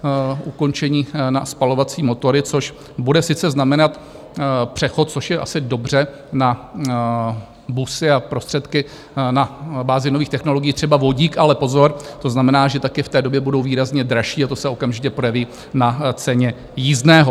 V roce 2030 ukončení na spalovací motory, což bude sice znamenat přechod, což je asi dobře na busy a prostředky na bázi nových technologií, třeba vodík, ale pozor, to znamená, že taky v té době budou výrazně dražší, a to se okamžitě projeví na ceně jízdného.